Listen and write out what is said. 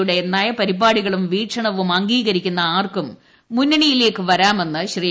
യുടെ നയപരിപാടികളും വീക്ഷണവും അംഗീകരിക്കുന്ന ആർക്കും മുന്നണിയിലേയ്ക്ക് വരാമെന്ന് ശ്രീ